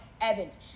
evans